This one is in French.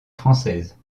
française